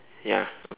ya